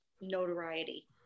notoriety